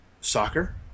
soccer